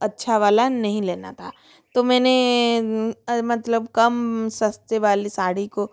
अच्छा वाला नहीं लेना था तो मैंने मतलब कम सस्ते वाली साड़ी को